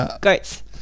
goats